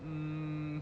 mmhmm